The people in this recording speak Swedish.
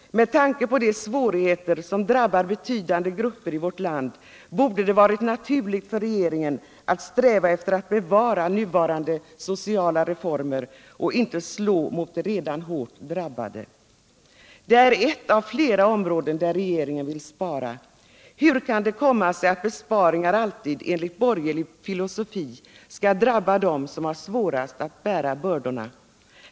Med tanke på de svårigheter som drabbar betydande grupper i vårt land borde det varit naturligt för regeringen att sträva efter att bevara nuvarande sociala förmåner och inte slå mot de redan hårt drabbade. Detta är ett av flera områden där regeringen vill spara. Hur kan det komma sig att besparingar alltid enligt borgerlig filosofi skall drabba dem som har svårast att bära bördorna?